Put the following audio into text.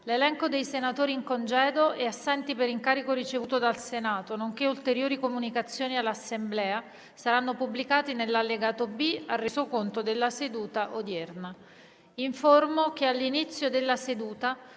L'elenco dei senatori in congedo e assenti per incarico ricevuto dal Senato, nonché ulteriori comunicazioni all'Assemblea saranno pubblicati nell'allegato B al Resoconto della seduta odierna. **Sull'ordine dei